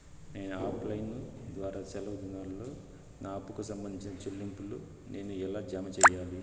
నేను offline ద్వారా సెలవు దినాల్లో నా అప్పుకి సంబంధించిన చెల్లింపులు నేను ఎలా జామ సెయ్యాలి?